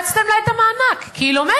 קיצצתם לה את המענק, כי היא לומדת.